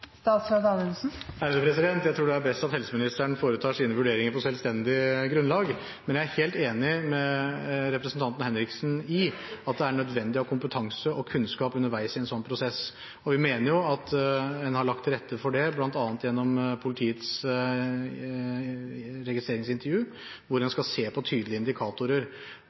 Jeg tror det er best at helseministeren foretar sine vurderinger på selvstendig grunnlag, men jeg er helt enig med representanten Henriksen i at det er nødvendig å ha kompetanse og kunnskap underveis i en sånn prosess. Vi mener at en har lagt til rette for det bl.a. gjennom politiets registreringsintervju, hvor en skal se på tydelige indikatorer,